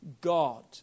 God